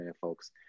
folks